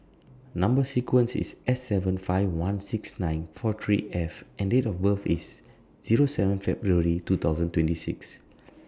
Number sequence IS S seven five one six nine four three F and Date of birth IS Zero seven February two thousand twenty six